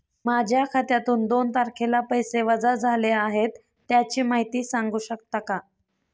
माझ्या खात्यातून दोन तारखेला पैसे वजा झाले आहेत त्याची माहिती सांगू शकता का?